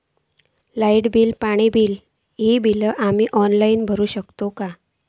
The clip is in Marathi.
लाईट बिल, पाणी बिल, ही बिला आम्ही ऑनलाइन भरू शकतय का?